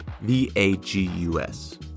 V-A-G-U-S